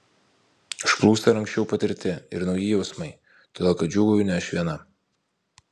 užplūsta ir anksčiau patirti ir nauji jausmai todėl kad džiūgauju ne aš viena